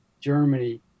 Germany